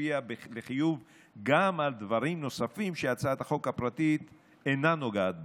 ותשפיע לחיוב גם על דברים נוספים שהצעת החוק הפרטית אינה נוגעת בהם.